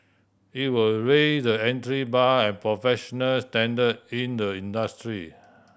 it will raise the entry bar and professional standard in the industry